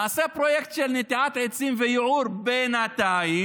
נעשה פרויקט של נטיעת עצים וייעור בינתיים,